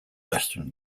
western